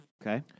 Okay